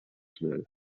schnell